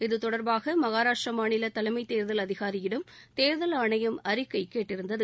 இத்தொடர்பாக மஹாராஷ்ட்ர மாநில தலைஸமத் தேர்தல் அதிகாரியிடம் தேர்தல் ஆணையம் அறிக்கை கேட்டிருந்தது